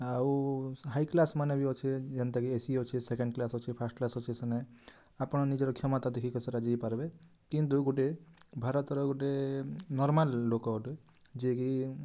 ଆଉ high class ମାନେ ବି ଅଛି ଯେନ୍ତା କି ଏ ସି ଅଛି ସେକେଣ୍ଡ କ୍ଲାସ୍ ଅଛି ଫାର୍ଷ୍ଟ କ୍ଲାସ୍ ଅଛି ସେନେ ଆପଣ ନିଜର କ୍ଷମତା ଦେଖିକି ସେ ରାଜି ହେଇପାରିବେ କିନ୍ତୁ ଗୋଟେ ଭାରତର ଗୋଟେ ନର୍ମାଲ୍ ଲୋକଟେ ଯିଏ କି